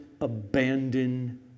abandon